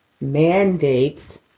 mandates